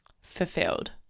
fulfilled